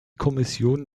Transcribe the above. kommission